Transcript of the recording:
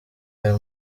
aya